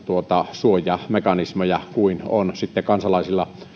suojamekanismeja kuin on kansalaisilla niin